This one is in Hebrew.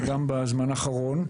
וגם בזמן האחרון.